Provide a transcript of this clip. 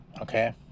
okay